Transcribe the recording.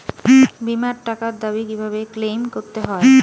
বিমার টাকার দাবি কিভাবে ক্লেইম করতে হয়?